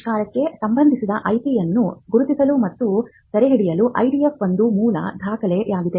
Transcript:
ಆವಿಷ್ಕಾರಕ್ಕೆ ಸಂಬಂಧಿಸಿದ IP ಯನ್ನು ಗುರುತಿಸಲು ಮತ್ತು ಸೆರೆಹಿಡಿಯಲು IDF ಒಂದು ಮೂಲ ದಾಖಲೆಯಾಗಿದೆ